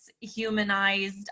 humanized